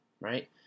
right